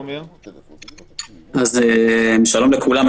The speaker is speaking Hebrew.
שלום לכולם.